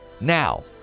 Now